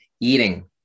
eating